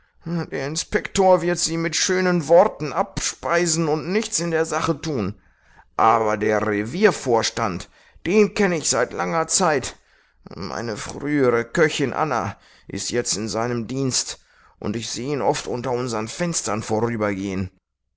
inspektor wird sie mit schönen worten abspeisen und nichts in der sache tun aber der reviervorstand den kenne ich seit langer zeit meine frühere köchin anna ist jetzt in seinem dienst und ich sehe ihn oft unter unseren fenstern